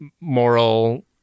moral